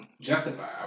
justify